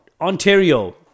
Ontario